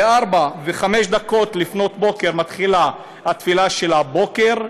ב-4:05 לפנות בוקר מתחילה התפילה של הבוקר,